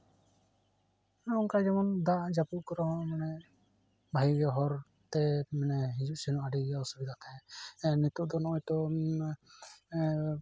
ᱦᱚᱜᱼᱚᱭ ᱱᱚᱝᱠᱟ ᱡᱮᱢᱚᱱ ᱫᱟᱜ ᱡᱟᱹᱯᱩᱫ ᱠᱚᱨᱮ ᱦᱚᱸ ᱢᱟᱱᱮ ᱵᱷᱟᱜᱤ ᱜᱮ ᱦᱚᱨᱛᱮ ᱦᱤᱡᱩᱜ ᱥᱮᱱᱚᱜ ᱢᱟᱱᱮ ᱟᱹᱰᱤ ᱜᱮ ᱚᱥᱩᱵᱤᱫᱷᱟᱜ ᱛᱟᱦᱮᱸᱡ ᱱᱤᱛᱳᱜ ᱫᱚ ᱱᱚᱜᱼᱚᱭ ᱛᱳ